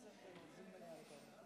חבר הכנסת איימן עודה.